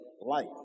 life